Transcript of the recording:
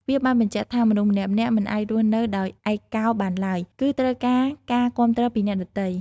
វាបានបញ្ជាក់ថា មនុស្សម្នាក់ៗមិនអាចរស់នៅដោយឯកោបានឡើយ គឺត្រូវការការគាំទ្រពីអ្នកដទៃ។